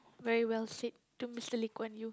very well said to Mister-Lee-Kuan-Yew